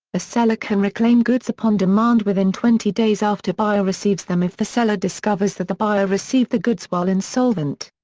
a seller can reclaim goods upon demand within twenty days after buyer receives them if the seller discovers that the buyer received the goods while insolvent.